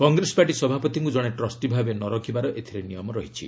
Congress party ସଭାପତିଙ୍କୁ ଜଣେ trustee ଭାବେ ନ ରଖିବାର ଏଥିରେ ନିୟମ ରହିଛି